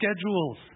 schedules